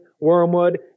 wormwood